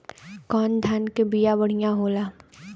कौन धान के बिया बढ़ियां होला?